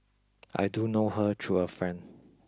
I do know her through a friend